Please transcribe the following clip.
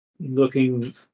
Looking